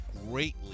greatly